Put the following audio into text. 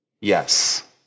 Yes